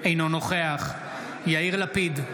אינו נוכח יאיר לפיד,